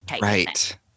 Right